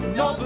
no